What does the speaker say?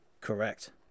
Correct